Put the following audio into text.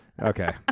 okay